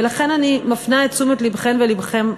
ולכן אני מפנה את תשומת לבכן ולבכם,